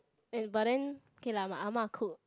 but then okay lah my ah ma cook